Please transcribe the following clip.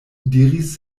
diris